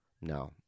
No